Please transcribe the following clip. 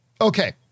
Okay